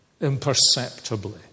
imperceptibly